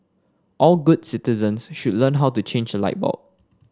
all good citizens should learn how to change a light bulb